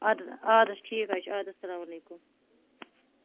اَدٕ حظ اَدٕ حظ ٹھیٖک حظ چھُ اَد حظ سلام علیکُم